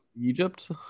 egypt